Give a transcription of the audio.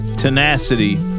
tenacity